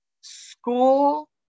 school